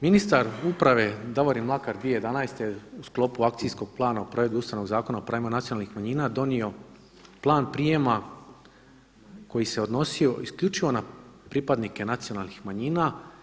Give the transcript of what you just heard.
Ministar uprave Davorin Mlakar 2011. u sklopu Akcijskog plana o provedbi Ustavnog zakona o pravima nacionalnih manjina donio plan prijema koji se odnosio isključivo na pripadnike nacionalnih manjina.